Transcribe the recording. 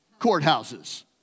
courthouses